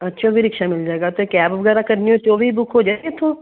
ਅੱਛਾ ਵੀ e rickshaw ਮਿਲ ਜਾਏਗਾ ਅਤੇ ਕੈਬ ਵਗੈਰਾ ਕਰਨੀ ਹੋਵੇ ਤਾਂ ਉਹ ਵੀ ਬੁੱਕ ਹੋ ਜਾਵੇਗੀ ਇੱਥੋਂ